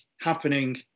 happening